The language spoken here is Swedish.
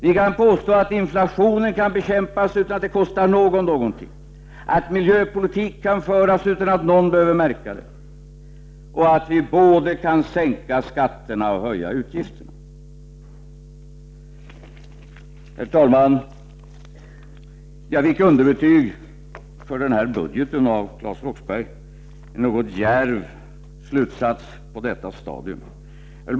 Ni kan ju påstå att inflationen kan bekämpas utan att det kostar någon någonting, att miljöpolitik kan föras utan att någon behöver märka det och att vi kan både sänka skatterna och höja utgifterna. Herr talman! Jag fick underbetyg för den här budgeten av Claes Roxbergh — en något djärv slutsats på detta stadium.